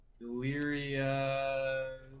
delirious